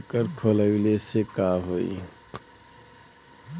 एकर खोलवाइले से का होला?